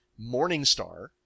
Morningstar